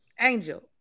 angel